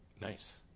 Nice